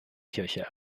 kirche